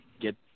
get